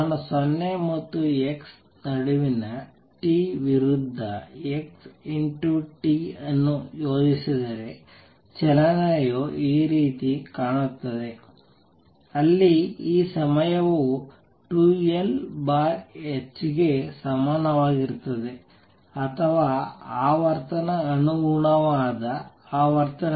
ನಾನು 0 ಮತ್ತು x ನಡುವಿನ t ವಿರುದ್ಧ x ಅನ್ನು ಯೋಜಿಸಿದರೆ ಚಲನೆಯು ಈ ರೀತಿ ಕಾಣುತ್ತದೆ ಅಲ್ಲಿ ಈ ಸಮಯವು 2L h ಗೆ ಸಮಾನವಾಗಿರುತ್ತದೆ ಅಥವಾ ಆವರ್ತನ ಅನುಗುಣವಾದ ಆವರ್ತನಗಳು v 2L